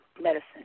medicine